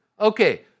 Okay